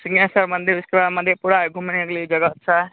सिंघेस्वर मंदिर उसके बाद मधेपुरा है घूमने के लिए जगह अच्छा है